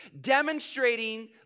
demonstrating